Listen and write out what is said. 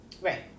right